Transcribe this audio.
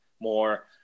more